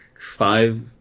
five